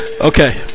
Okay